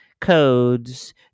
codes